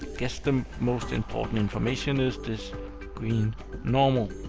guess the most important information is this green normal.